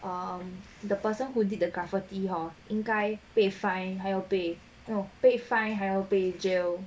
um the person who did the graffiti hor 应该被 fine 还有被 no 被 fine 还要被 jail